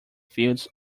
fields